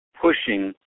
pushing